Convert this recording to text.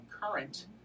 current